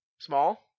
small